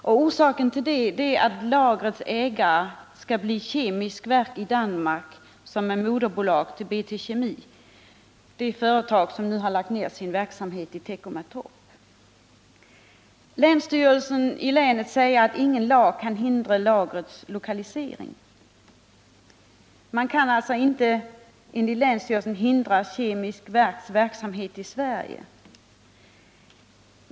Orsaken härtill är att lagrets ägare är Kemisk Verk i Danmark, som är moderbolag till BT-Kemi — det företag som nu har lagt ned sin verksamhet i Teckomatorp. Länsstyrelsen i länet säger att ingen lag kan hindra lagrets lokalisering. Man kan alltså enligt länsstyrelsen inte förhindra Kemisk Verks verksamhet i Sverige.